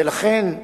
ולכן,